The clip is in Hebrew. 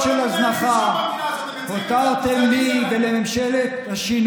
מלחמה באזרחים שלה, זו הממשלה הזאת.